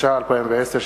התש"ע 2010,